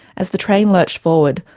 as the train lurched forward,